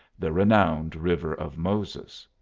the renowned river of moses.